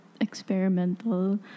experimental